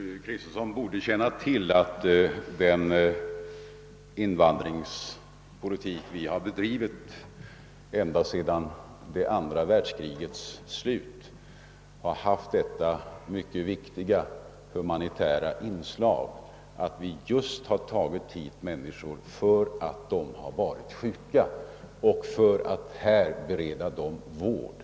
Herr talman! Fru Kristensson borde känna till att den invandringspolitik vi har bedrivit ända sedan andra världskrigets slut bl.a. har haft det mycket viktiga humanitära inslaget att vi har tagit hit människor just därför att de har varit sjuka och för att här bereda dem vård.